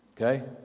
Okay